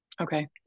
Okay